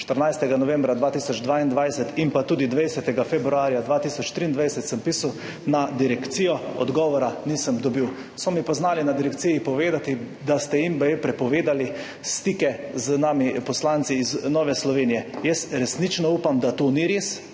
14. novembra 2022 in tudi 20. februarja 2023 sem pisal na direkcijo. Odgovora nisem dobil. So mi pa znali na direkciji povedati, da ste jim baje prepovedali stike z nami poslanci iz Nove Slovenije. Jaz resnično upam, da to ni res.